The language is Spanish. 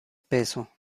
peso